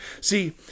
See